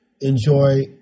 enjoy